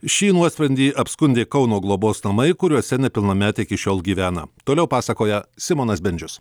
šį nuosprendį apskundė kauno globos namai kuriuose nepilnametė iki šiol gyvena toliau pasakoja simonas bendžius